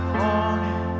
morning